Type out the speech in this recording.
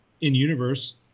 in-universe